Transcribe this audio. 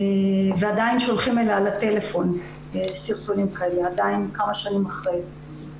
עדיין שולחים אליה לטלפון פרסומים כאלה ואנחנו כבר כמה שנים אחר כך.